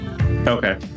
Okay